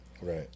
Right